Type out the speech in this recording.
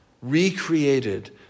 recreated